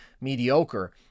mediocre